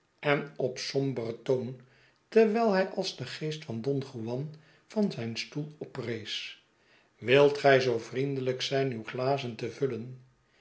en op somberen toon terwijl hij als de geest van don juan van zijn stoel oprees wilt gij zoo vriendelijk z yn uw glazen te vullen